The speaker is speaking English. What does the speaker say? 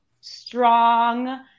strong